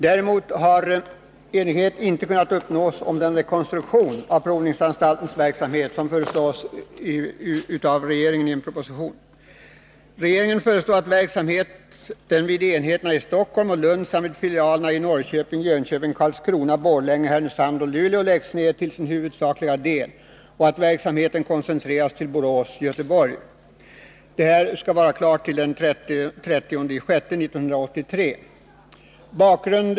Däremot har enighet inte kunnat uppnås om den rekonstruktion av provningsanstaltens verksamhet som regeringen föreslår i propositionen. Regeringen föreslår att verksamheten vid enheterna i Stockholm och Lund samt vid filialerna i Norrköping, Jönköping, Karlskrona, Borlänge, Härnösand och Luleå skall läggas ned till sin huvudsakliga del och att verksamheten skall koncentreras till Borås-Göteborg. Detta skall vara klart till den 30 juni 1983.